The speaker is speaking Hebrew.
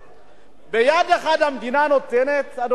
ביד אחת המדינה נותנת, אדוני היושב-ראש,